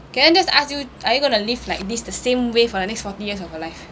can I just ask you are you gonna live like this the same way for the next forty years of your life